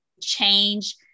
change